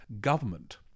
government